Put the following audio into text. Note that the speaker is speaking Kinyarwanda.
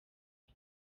bwe